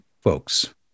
folks